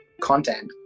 content